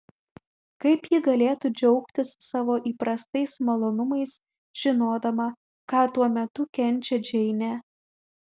kaip ji galėtų džiaugtis savo įprastais malonumais žinodama ką tuo metu kenčia džeinė